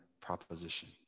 proposition